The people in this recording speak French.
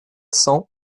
cent